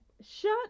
Shut